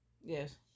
Yes